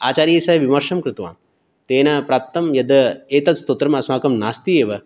आचार्यैस्सह विमर्शं कृतवान् तेन प्राप्तं यद् एतद् स्तोत्रं अस्माकं नास्ति एव